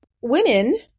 women